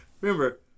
Remember